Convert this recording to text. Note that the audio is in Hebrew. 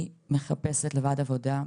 היא מחפשת לבד עבודה,